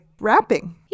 rapping